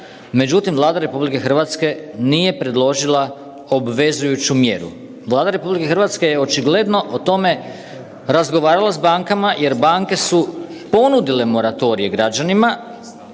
međutim Vlada RH nije predložila obvezujuću mjeru. Vlada RH je očigledno o tome razgovarala s bankama jer banke su ponudile moratorije građanima,